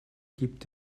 gibt